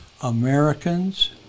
Americans